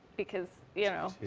because, you know,